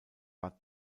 war